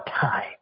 time